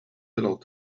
little